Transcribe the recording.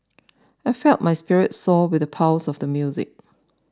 I felt my spirits soar with the pulse of the music